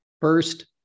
First